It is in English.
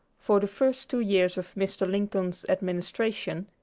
for the first two years of mr. lincoln's administration,